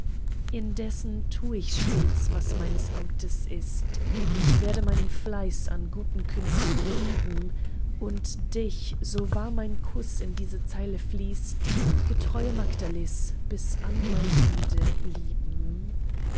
indessen tu ich stets was meines amtes ist ich werde meinen fleiß an guten künsten üben und dich so wahr mein kuß in diese zeile fließt getreue magdalis bis an mein ende lieben